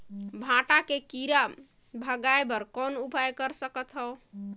भांटा के कीरा भगाय बर कौन उपाय कर सकथव?